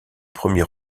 premier